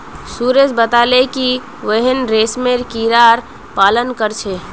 सुरेश बताले कि वहेइं रेशमेर कीड़ा पालन कर छे